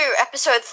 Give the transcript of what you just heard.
episode